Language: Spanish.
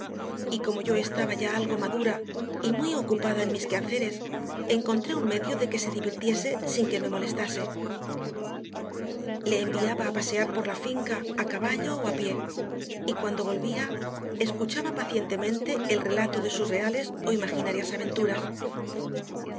como yo estaba ya algo madura y muy ocupada en mis quehaceres encontré un medio de que se divirtiese sin que me molestase le enviaba a pasear por la finca a caballo o a pie y cuando volvía escuchaba pacientemente el relato de sus reales o imaginarias aventuras